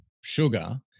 sugar